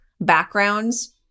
backgrounds